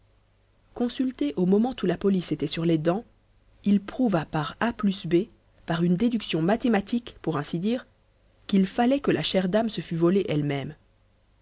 consulté au moment où la police était sur les dents il prouva par a plus b par une déduction mathématique pour ainsi dire qu'il fallait que la chère dame se fût volée elle-même